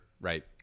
right